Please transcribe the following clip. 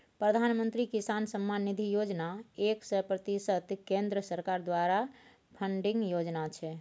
प्रधानमंत्री किसान सम्मान निधि योजना एक सय प्रतिशत केंद्र सरकार द्वारा फंडिंग योजना छै